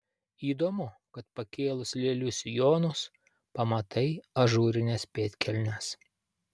įdomu kad pakėlus lėlių sijonus pamatai ažūrines pėdkelnes